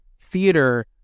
Theater